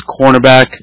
cornerback